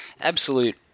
Absolute